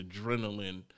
adrenaline